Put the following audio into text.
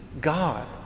God